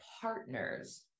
partners